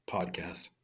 Podcast